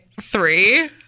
Three